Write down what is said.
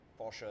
Porsche